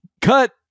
cut